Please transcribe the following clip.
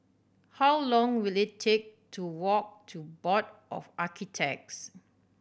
how long will it take to walk to Board of Architects